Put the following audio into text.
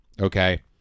Okay